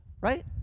right